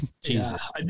Jesus